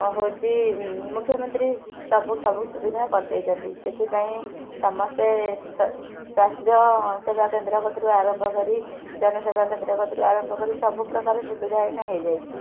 ଆଉ ହୋଉଛି ମୁଖ୍ୟମନ୍ତ୍ରୀ ସବୁ ସବୁ ସୁବିଧା କରିଦେଇଛନ୍ତି ସେଥିପାଇଁ ସମସ୍ତେ ସୁ ସ୍ୱାସ୍ଥ୍ୟ ସେବା କେନ୍ଦ୍ର କତୁରୁ ଆରମ୍ଭ କରି ଜନସେବା କେନ୍ଦ୍ର କତୁରୁ ଆରମ୍ଭ କରି ସବୁ ପ୍ରକାର ସୁବିଧା ଏଇନା ହେଇଯାଇଛି